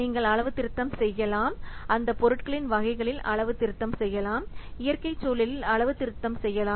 நீங்கள் அளவு திருத்தம் செய்யலாம் அந்த பொருட்களின் வகைகளில் அளவு திருத்தம் செய்யலாம் இயற்கைச் சூழலில் அளவு திருத்தம் செய்யலாம்